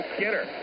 Skinner